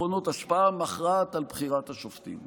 האחרונות השפעה מכרעת על בחירת השופטים.